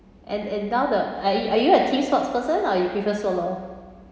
and and down the ar~ are you a team sports person or you prefer solo